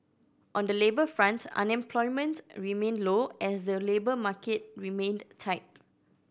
on the labour fronts unemployment's remained low as the labour market remained tight